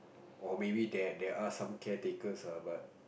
or maybe there there are some care takers ah but